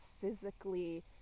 physically